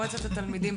מועצת התלמידים,